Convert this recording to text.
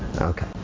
Okay